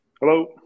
Hello